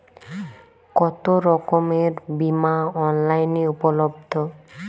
কতোরকমের বিমা অনলাইনে উপলব্ধ?